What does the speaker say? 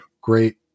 great